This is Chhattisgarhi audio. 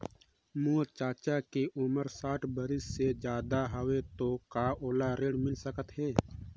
मोर चाचा के उमर साठ बरिस से ज्यादा हवे तो का ओला ऋण मिल सकत हे?